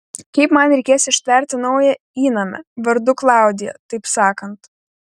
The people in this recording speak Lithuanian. kaip man reikės ištverti naują įnamę vardu klaudija taip sakant